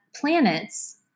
planets